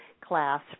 class